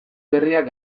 berriak